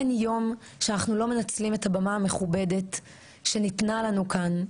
אין יום שאנחנו לא מנצלים את הבמה המכובדת שניתנה לנו כאן,